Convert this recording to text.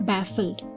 Baffled